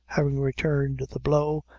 having returned the blow,